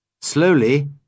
Slowly